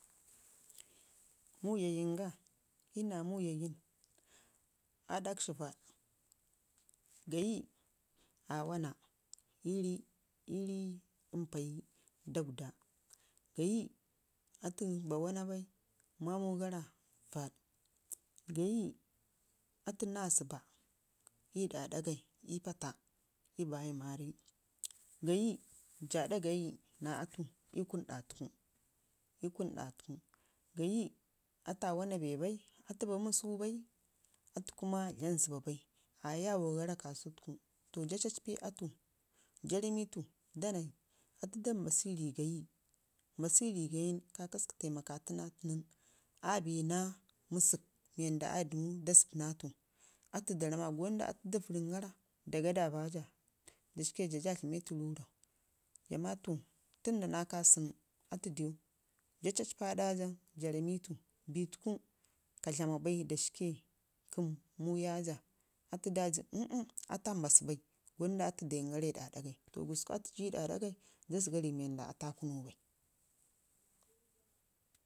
muyayinga, iyu naa muyayin adakshi vaɗ, gayi aa waana ii rii mrai daggada gayi atu ba waana bai mamugara vaɗ gayuw atu naa zəbba ii ɗa ɗagai ii baya mari, gayi jaa da gayi naa atu ii kunu ɗa tuƙu gayi afu aa waana bai atu ba məsəkgu, ɓai atu kuma dlam rəbba bai aa yawo gara kasu tuku jaa caccpe atu jaa ramitu danai da mbasi ii rii gayi kakasƙu taimakatu naa atu nən a bina məsək mii wanda aa dəmu da zəbna aatu. atu da ram ma, gonda atu da vərren gara da gaadawaja da shijaa jaa. dlametu rurrau jaama to tənda na kasumu atu dew vaa cacepu aɗa jaa, jaa ramitu bitku ka dlama ɓai ɗa shike kəm muwiya jaa. atu ma, um- um atu a dumu gu bai gwanda atu dayingara ii ɗa ɗagai to gusku jii, ɗa ɗagai jaa zəga rrik atu aa kunu bai.